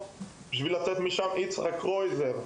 בשורה התחתונה, בסיועו של חבר הכנסת, יצחק קרויזר,